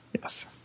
Yes